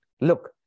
look